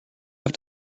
have